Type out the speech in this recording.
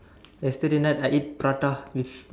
yesterday night I ate prata with